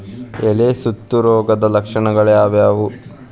ಎಲೆ ಸುತ್ತು ರೋಗದ ಲಕ್ಷಣ ಯಾವ್ಯಾವ್?